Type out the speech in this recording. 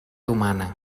humana